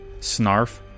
Snarf